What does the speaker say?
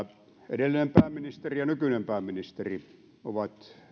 edellinen pääministeri ja nykyinen pääministeri ovat